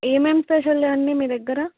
ఏమేం స్పెషలండి మీ దగ్గర